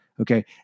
Okay